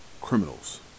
criminals